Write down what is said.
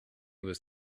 was